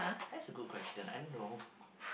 that's a good question and no